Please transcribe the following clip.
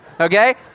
Okay